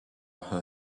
her